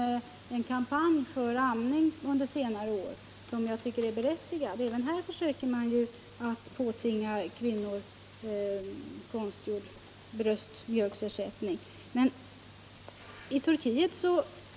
Den kampanj för amning som förts under senare år tycker jag därför är mycket berättigad.